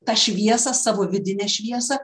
tą šviesą savo vidinę šviesą